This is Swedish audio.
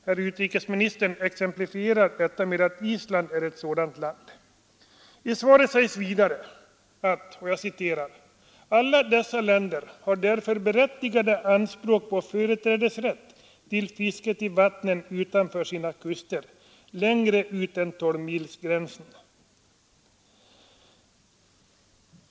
Herr utrikesministern nämner Island som exempel. I svaret sägs vidare att alla dessa länder ”har därför berättigade anspråk på företrädesrätt till fisket i vattnen utanför sina kuster, längre ut än 12-milsgränsen”.